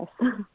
yes